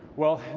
well,